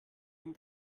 ihm